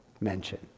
mention